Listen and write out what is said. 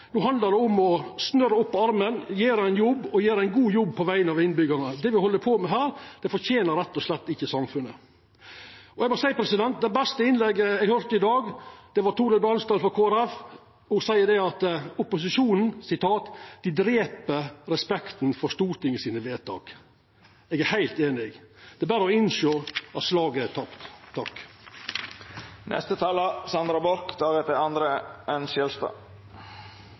handlar det om å snøra opp ermene og gjera ein god jobb på vegner av innbyggjarane. Det me held på med her, fortener samfunnet rett og slett ikkje. Eg må seia at det beste innlegget eg har høyrt i dag, var det frå Torhild Bransdal frå Kristeleg Folkeparti. Ho sa at opposisjonen drep respekten for Stortingets vedtak. Eg er heilt einig. Det er berre å innsjå at slaget er tapt.